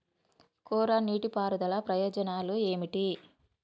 కోరా నీటి పారుదల ప్రయోజనాలు ఏమిటి?